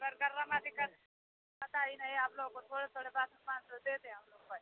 पता ही नहीं आप लोगों को थोड़ी थोड़ी बात पर पाँच सौ दे दे हमलोग को